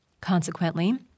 Consequently